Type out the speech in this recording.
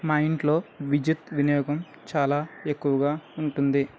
మా ఇంట్లో విద్యుత్ వినియోగం చాలా ఎక్కువగా ఉంటుంది